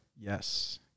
Yes